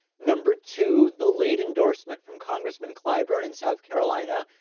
number two, the late endorsement from congressman clyburn in south carolina,